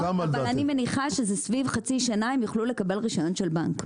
אבל אני מניחה שסביב חצי שנה הם יוכלו לקבל רישיון של בנק.